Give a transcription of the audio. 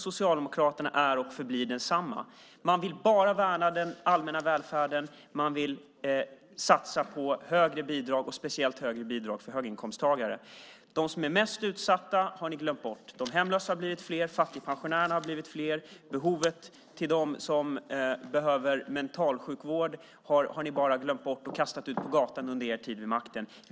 Socialdemokraternas lösning är och förblir densamma. Man vill bara värna den allmänna välfärden. Man vill satsa på högre bidrag, och speciellt högre bidrag för höginkomsttagare. Ni har glömt bort de mest utsatta. De hemlösa har blivit fler. Fattigpensionärerna har blivit fler. De som behöver mentalsjukvård har ni glömt bort och kastat ut på gatan under er tid vid makten.